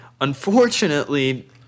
Unfortunately